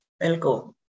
Welcome